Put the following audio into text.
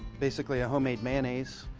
basically a homemade mayonnaise.